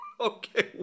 Okay